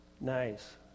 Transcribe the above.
Nice